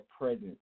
present